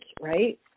right